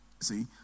See